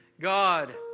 God